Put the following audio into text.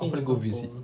I want to go visit